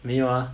没有 ah